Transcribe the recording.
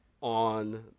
on